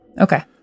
Okay